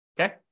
Okay